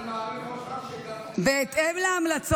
בועז, אני מעריך אותך, אתם לא יהודים.